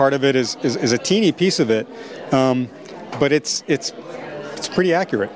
part of it is is a teeny piece of it but it's it's it's pretty accurate